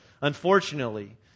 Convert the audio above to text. Unfortunately